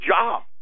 job